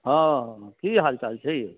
हँ की हाल चाल छै यौ